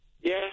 Yes